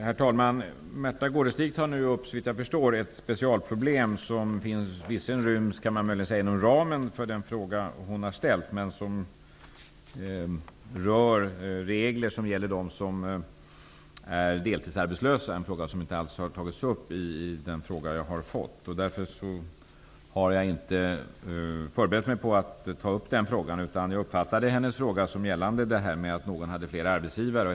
Herr talman! Märtha Gårdestig tar nu såvitt jag förstår upp ett specialproblem. Visserligen ryms det inom ramen för den fråga hon har ställt, men det rör regler som gäller dem som är deltidsarbetslösa, något som inte alls har tagits upp i den fråga jag har fått. Därför har jag inte förberett mig på att ta upp den frågan. Jag uppfattade att hennes fråga gällde situationen då någon hade flera arbetsgivare.